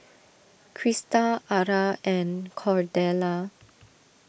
Crysta Ara and Cordella